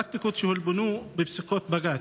פרקטיקות שהולבנו בפסיקות בג"ץ,